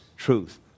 Truth